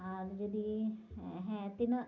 ᱟᱨ ᱡᱚᱫᱤ ᱦᱮᱸ ᱛᱤᱱᱟᱹᱜ